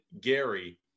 Gary